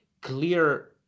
clear